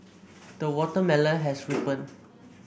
the watermelon has ripened